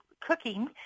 cooking